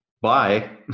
bye